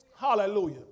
Hallelujah